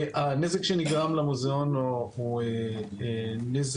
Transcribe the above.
הנזק שנגרם למוזיאון הוא נזק,